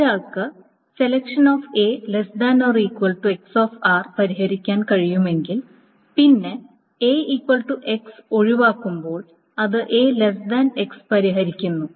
ഒരാൾക്ക് പരിഹരിക്കാൻ കഴിയുമെങ്കിൽ പിന്നെ ഒഴിവാക്കുമ്പോൾ അത് പരിഹരിക്കുന്നു